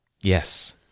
yes